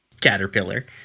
caterpillar